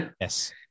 yes